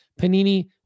panini